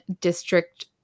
district